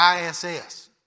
ISS